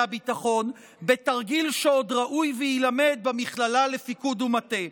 הביטחון בתרגיל שעוד ראוי שיילמד במכללה לפיקוד ומטה.